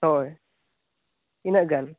ᱦᱳᱭ ᱤᱱᱟᱹᱜ ᱜᱟᱱ